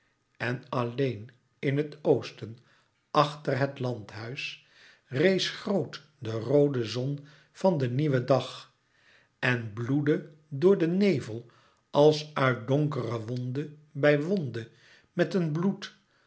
en alleen in het oosten achter het landhuis rees groot de roode zon van den nieuwen dag en bloedde door den nevel als uit donkere wonde bij wonde met een bloed